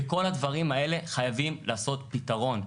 בכל הדברים האלה חייבים לעשות פתרון.